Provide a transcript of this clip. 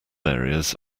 areas